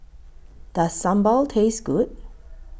Does Sambal Taste Good